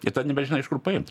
i tad nebežinai iš kur paimt